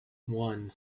one